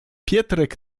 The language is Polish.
pietrek